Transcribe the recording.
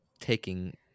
taking